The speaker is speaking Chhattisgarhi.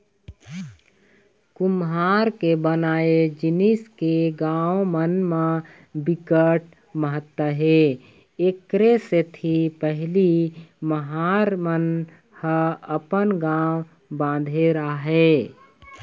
कुम्हार के बनाए जिनिस के गाँव मन म बिकट महत्ता हे एखरे सेती पहिली महार मन ह अपन गाँव बांधे राहय